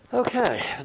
Okay